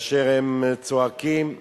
והם צועקים: